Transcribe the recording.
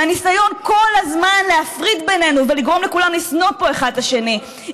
מהניסיון כל הזמן להפריד בינינו ולגרום לכולם לשנוא פה אחד את השני.